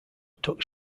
took